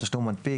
מנפיק,